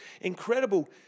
incredible